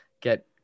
get